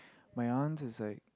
my arms is like